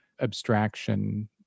abstraction